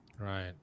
Right